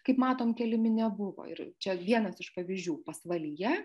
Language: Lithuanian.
kaip matom keliami nebuvo ir čia vienas iš pavyzdžių pasvalyje